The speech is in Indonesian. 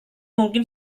mungkin